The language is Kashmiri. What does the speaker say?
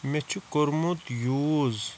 مےٚ چھُ کوٚرمُت یوٗز